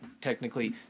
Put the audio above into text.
technically